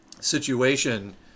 situation